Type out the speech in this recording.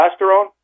testosterone